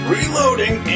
Reloading